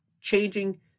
changing